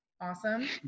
Awesome